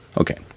Okay